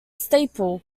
staple